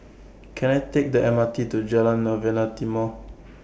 Can I Take The M R T to Jalan Novena Timor